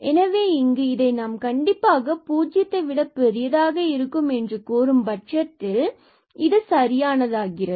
எனவே இங்கு நாம் இதை கண்டிப்பாக பூஜ்ஜியத்தை விட பெரியதாக இருக்கும் என்று கூறும் பட்சத்தில் இது சரியானதாகிறது